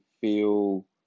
feel